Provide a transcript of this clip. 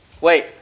wait